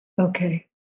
Okay